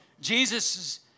Jesus